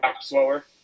slower